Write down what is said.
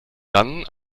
dann